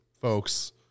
folks